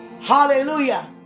Hallelujah